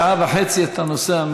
שעה וחצי אתה נוסע,